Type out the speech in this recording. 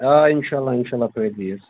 اِنشااللہ اِنشاللہ